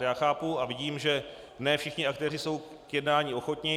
Já chápu a vidím, že ne všichni aktéři jsou k jednání ochotni.